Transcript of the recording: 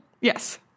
Yes